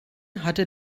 hatte